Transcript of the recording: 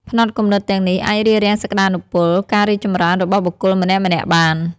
ផ្នត់គំនិតទាំងនេះអាចរារាំងសក្ដានុពល ការរីចចម្រើនរបស់បុគ្គលម្នាក់ៗបាន។